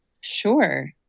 Sure